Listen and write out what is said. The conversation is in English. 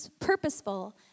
purposeful